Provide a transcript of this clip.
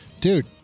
Dude